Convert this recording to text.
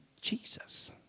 Jesus